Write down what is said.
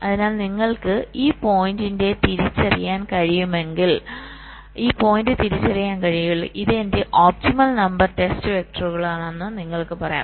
അതിനാൽ നിങ്ങൾക്ക് ഈ പോയിന്റ് തിരിച്ചറിയാൻ കഴിയുമെങ്കിൽ ഇത് എന്റെ ഒപ്റ്റിമൽ നമ്പർ ടെസ്റ്റ് വെക്റ്ററുകളാണെന്ന് നിങ്ങൾക്ക് പറയാം